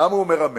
למה הוא מרמה?